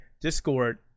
Discord